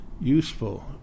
useful